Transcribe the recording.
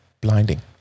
blinding